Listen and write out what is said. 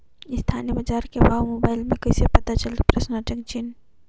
स्थानीय बजार के भाव मोबाइल मे कइसे पता चलही?